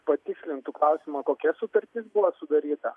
patikslintų klausimą kokia sutartis buvo sudaryta